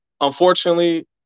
Unfortunately